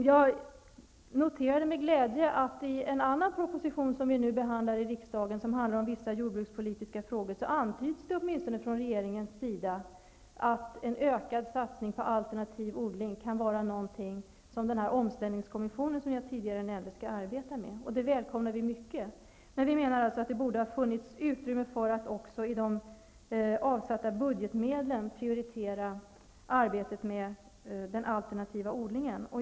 Jag noterade med glädje att i en annan proposition som vi nu behandlar i riksdagen, om vissa jordbrukspolitiska frågor, antyds åtminstone från regeringens sida att en ökad satsning på alternativ odling kan vara någonting som den omställningskommission skall arbeta med som jag nämnde tidigare. Det välkomnar vi mycket. Men vi menar att det också borde funnits utrymme för att i de avsatta budgetmedlen prioritera arbetet med den alternativa odlingen.